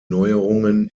neuerungen